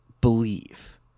believe